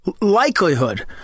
likelihood